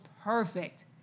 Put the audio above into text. perfect